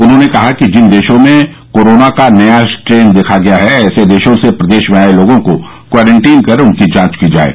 उन्होंने कहा कि जिन देशों में कोरोना का नया स्ट्रेन देखा गया है ऐसे देशों से प्रदेश में आये लोगों को क्वारंटीन कर उनकी जांच की जाये